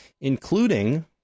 including